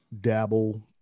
dabble